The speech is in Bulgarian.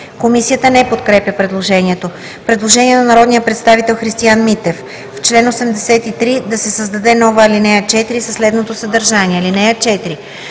Комисията не подкрепя предложението. Предложение на народния представител Христиан Митев: „В чл. 83 да се създаде нова ал. 4 със следното съдържание: